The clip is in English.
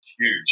Huge